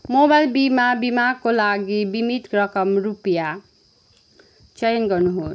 mobile बिमा बिमाको लागि बिमित रकम रुपियाँ चयन गर्नुहोस्